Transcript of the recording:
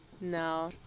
No